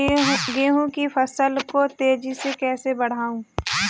गेहूँ की फसल को तेजी से कैसे बढ़ाऊँ?